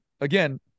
again